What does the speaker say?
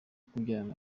kubyarana